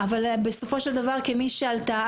אבל בסופו של דבר כמי שעלתה,